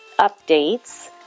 updates